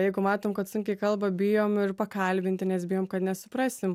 jeigu matom kad sunkiai kalba bijom ir pakalbinti nes bijom kad nesuprasim